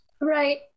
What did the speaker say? right